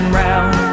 round